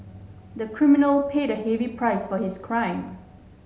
the criminal paid a heavy price for his crime